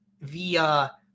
via